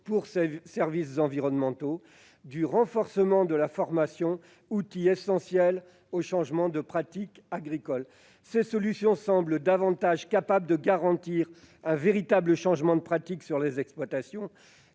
que les modalités d'un renforcement de la formation, outil essentiel du changement des pratiques agricoles. Ces solutions semblent davantage susceptibles de garantir un véritable changement de pratique au sein des exploitations,